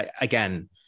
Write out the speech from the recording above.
again